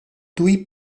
tuj